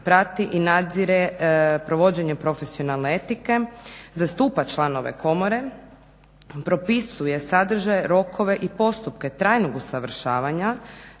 prati i nadzire provođenje profesionalne etike, zastupa članove komore, propisuje sadržaj, rokove i postupke trajnog usavršavanja